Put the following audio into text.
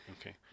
okay